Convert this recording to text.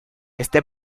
este